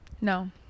No